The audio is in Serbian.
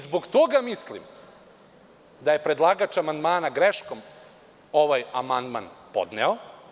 Zbog toga mislim da je predlagač amandmana greškom ovaj amandman podneo.